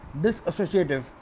disassociative